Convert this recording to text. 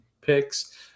picks